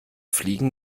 fliegen